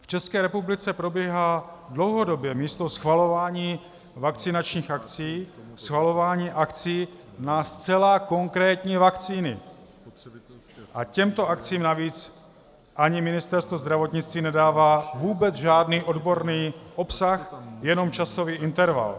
V České republice probíhá dlouhodobě místo schvalování vakcinačních akcí schvalování akcí na zcela konkrétní vakcíny, a těmto akcím navíc ani Ministerstvo zdravotnictví nedává vůbec žádný odborný obsah, jenom časový interval.